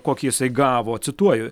kokį jisai gavo cituoju